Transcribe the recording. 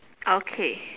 okay